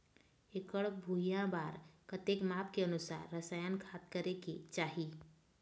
एकड़ भुइयां बार कतेक माप के अनुसार रसायन खाद करें के चाही?